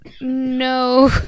no